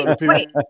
Wait